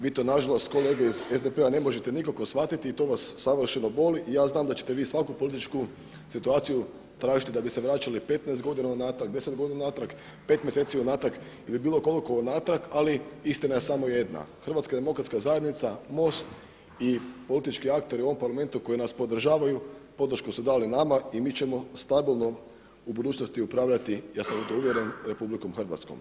Vi to nažalost kolege iz SDP-a ne možete nikako shvatiti i to vas savršeno boli i ja znam da ćete vi svaku politiku situaciju tražiti da bi se vraćali 15 godina unatrag, 10 godina unatrag, 5 mjeseci unatrag ili bilo koliko unatrag, ali istina je samo jedna, HDZ, MOST i politički akteri u ovom Parlamentu koji nas podržavaju podršku su dali nama i mi ćemo stabilno u budućnosti upravljati ja sam u to uvjeren RH.